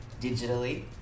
digitally